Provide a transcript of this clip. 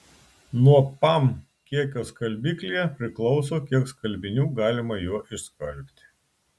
nuo pam kiekio skalbiklyje priklauso kiek skalbinių galima juo išskalbti